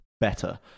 better